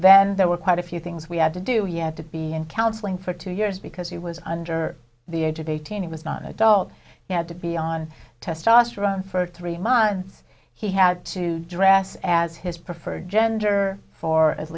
then there were quite a few things we had to do yet to be in counseling for two years because he was under the age of eighteen he was not an adult he had to be on testosterone for three months he had to dress as his preferred gender for at